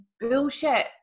bullshit